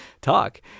talk